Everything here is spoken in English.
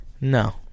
No